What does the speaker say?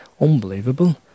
Unbelievable